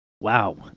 Wow